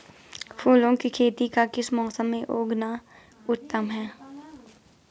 फूलों की खेती का किस मौसम में उगना उत्तम है?